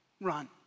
run